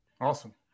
awesome